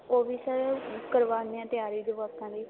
ਉਹ ਵੀ ਸਰ ਕਰਵਾਉਂਦੇ ਹਾਂ ਤਿਆਰੀ ਜਵਾਕਾਂ ਦੀ